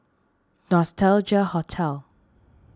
Nostalgia Hotel